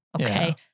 Okay